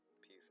Peace